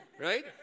Right